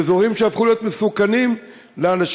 לאזורים שהפכו להיות מסוכנים לאנשים,